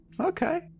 Okay